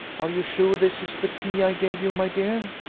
are you sure this is the key i gave you, my dear?